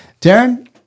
Darren